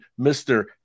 Mr